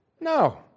no